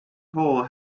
hole